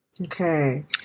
Okay